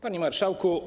Panie Marszałku!